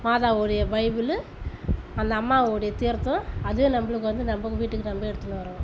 மாதாவுடைய bible அந்த அம்மாவுடைய தீர்த்தம் அதுவே நம்மளுக்கு வந்து நம்ம வீட்டுக்கு நம்ம எடுத்துகின்னு வரோம்